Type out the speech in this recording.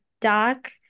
doc